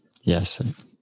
Yes